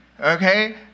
Okay